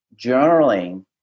journaling